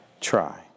try